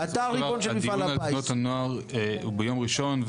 הדיון על תנועות הנוער הוא ביום ראשון,